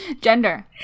gender